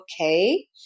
okay